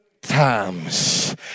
times